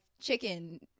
chicken